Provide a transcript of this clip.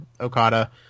Okada